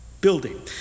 building